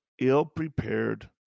ill-prepared